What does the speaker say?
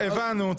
הבנו.